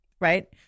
right